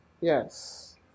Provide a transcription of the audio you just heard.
Yes